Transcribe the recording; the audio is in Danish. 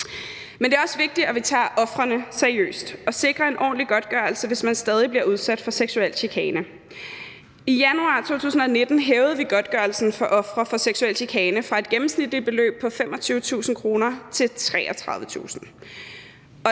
Men det er også vigtigt, at vi tager ofrene seriøst og sikrer en ordentlig godtgørelse, hvis man stadig bliver udsat for seksuel chikane. I januar 2019 hævede vi godtgørelsen til ofre for seksuel chikane fra et gennemsnitligt beløb på 25.000 kr. til 33.000 kr.